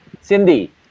Cindy